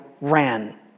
ran